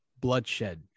bloodshed